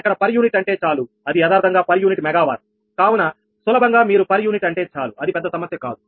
అక్కడ per unit అంటే చాలు అది యదార్ధంగా పర్ యూనిట్ మెగావార్ కావున సులభంగా మీరు పర్ యూనిట్ అంటే చాలు అది పెద్ద సమస్య కాదు